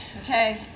okay